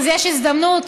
ויש הזדמנות,